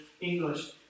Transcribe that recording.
English